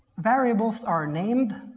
variables are named,